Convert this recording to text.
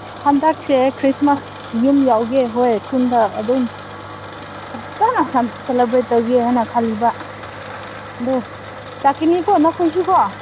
ꯍꯟꯗꯛꯁꯦ ꯈ꯭ꯔꯤꯁꯃꯥꯁ ꯌꯨꯝꯗ ꯌꯥꯎꯒꯦ ꯍꯣꯏ ꯈꯨꯟꯗ ꯑꯗꯨꯝ ꯐꯖꯅ ꯁꯦꯂꯤꯕ꯭ꯔꯦꯠ ꯇꯧꯒꯦ ꯍꯥꯏꯅ ꯈꯟꯕ ꯑꯗꯣ ꯂꯥꯛꯀꯅꯤꯀꯣ ꯅꯈꯣꯏꯁꯨ ꯀꯣ